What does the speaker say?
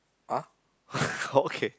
!huh! okay